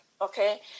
okay